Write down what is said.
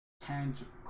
tangible